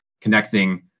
connecting